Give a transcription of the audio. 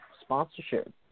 sponsorship